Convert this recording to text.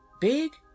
big